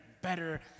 better